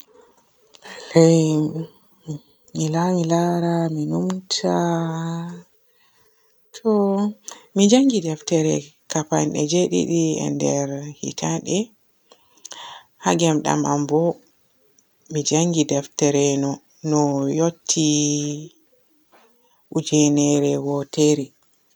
Lallay haa mi laara mi numta. To mi njanngi deftere kapade jedidi e nder hiitade. Haa gemdam am bo mi njanni deftere no no yotti ojinere gotere.